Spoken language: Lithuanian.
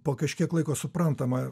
po kažkiek laiko suprantama